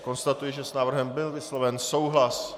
Konstatuji, že s návrhem byl vysloven souhlas.